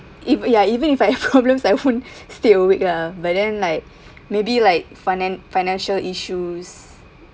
if ya even if I have problems I won't stay awake lah but then like maybe like finan~ financial issues